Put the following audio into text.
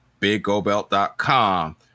biggobelt.com